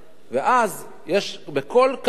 ואז יש בכל קרקע,